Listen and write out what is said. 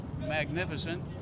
magnificent